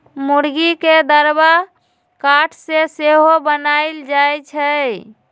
मूर्गी के दरबा काठ से सेहो बनाएल जाए छै